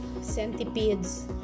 centipedes